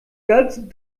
ganzen